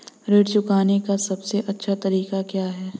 ऋण चुकाने का सबसे अच्छा तरीका क्या है?